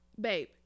babe